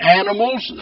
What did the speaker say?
animals